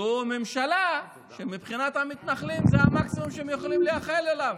זו ממשלה שמבחינת המתנחלים זה המקסימום שהם יכולים לייחל לו.